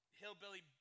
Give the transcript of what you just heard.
hillbilly